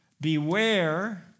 Beware